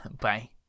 Bye